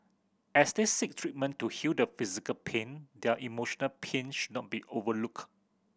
as they seek treatment to heal the physical pain their emotional pain should not be overlook